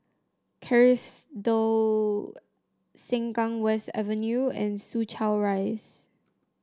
Kerrisdale Sengkang West Avenue and Soo Chow Rise